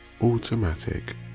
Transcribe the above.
automatic